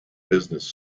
business